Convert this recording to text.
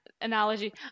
analogy